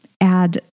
add